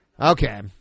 Okay